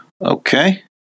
Okay